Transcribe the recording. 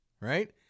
right